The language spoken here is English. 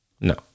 No